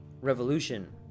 revolution